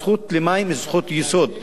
הזכות למים היא זכות יסוד.